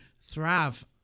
thrive